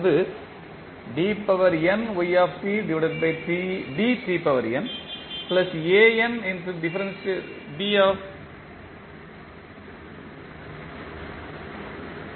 எனவே இந்த differential equation நீங்கள் பெற்றுள்ளீர்கள் என்று வைத்துக்கொள்வோம் மேலும் இந்த டிஃபரன்ஷியல் ஈக்குவேஷன் நீங்கள் ஸ்டேட் வரைபடமாக மாற்ற வேண்டும்